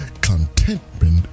contentment